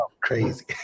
crazy